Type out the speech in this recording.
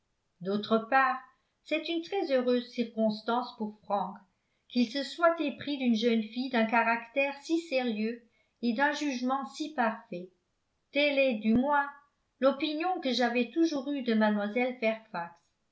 d'autre part c'est une très heureuse circonstance pour frank qu'il se soit épris d'une jeune fille d'un caractère si sérieux et d'un jugement si parfait telle est du moins l'opinion que j'avais toujours eue de